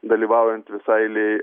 dalyvaujant visai eilei